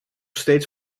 steeds